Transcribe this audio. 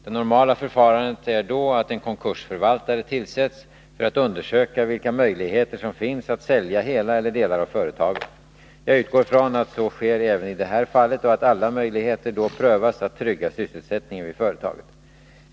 Det normala förfarandet är då att en konkursförvaltare tillsätts för att undersöka vilka möjligheter som finns att sälja hela eller delar av företaget. Jag utgår från att så sker även i det här fallet och att alla möjligheter då prövas att trygga sysselsättningen vid företaget.